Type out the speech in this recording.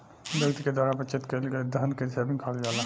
व्यक्ति के द्वारा बचत कईल गईल धन के सेविंग कहल जाला